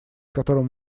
которым